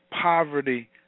poverty